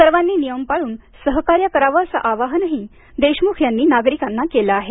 सर्वांनी नियम पाळून सहकार्य करावं असं आवाहनही देशमुख यांनी नागरिकांना केलं आहे